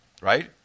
right